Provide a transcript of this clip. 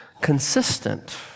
consistent